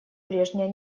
прежняя